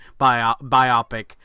biopic